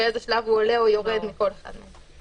באיזה שלב הוא עולה או יורד מכל אחד מהם.